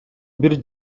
бир